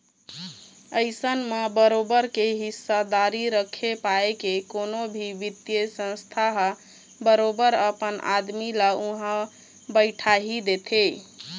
अइसन म बरोबर के हिस्सादारी रखे पाय के कोनो भी बित्तीय संस्था ह बरोबर अपन आदमी ल उहाँ बइठाही देथे